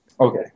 Okay